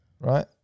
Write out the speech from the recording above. right